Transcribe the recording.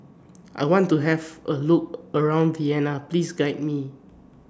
I want to Have A Look around Vienna Please Guide Me